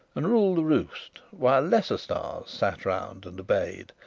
and rule the roost, while lesser stars sat round and obeyed,